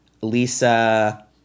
Lisa